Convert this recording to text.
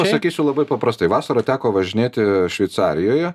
pasakysiu labai paprastai vasarą teko važinėti šveicarijoje